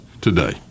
today